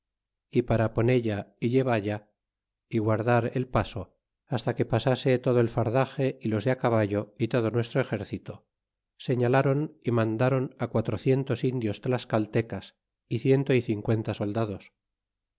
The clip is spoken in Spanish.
y para poncha y ilevalla y guardar el paso hasta que pasase todo el fardaxe y los de caballo y todo nuestro exército sefialáron y mandron quatrocientos indios tlascaltecas y ciento y cincuenta soldados